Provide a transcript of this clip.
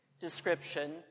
description